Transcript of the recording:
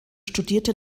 studierte